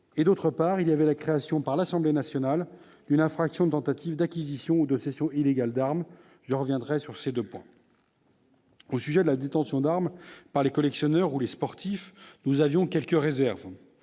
et, d'autre part, la création, par l'Assemblée nationale, d'une infraction de tentative d'acquisition ou de cession illégale d'armes. Je reviendrai sur ces deux points. Au sujet de la détention d'armes par les collectionneurs ou les sportifs, nous avions émis quelques réserves.